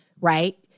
right